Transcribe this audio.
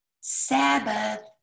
Sabbath